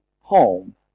home